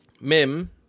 Mim